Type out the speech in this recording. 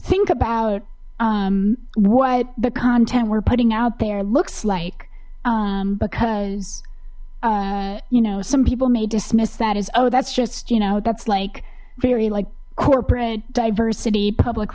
think about what the content we're putting out there looks like because you know some people may dismiss that as oh that's just you know that's like very like corporate diversity public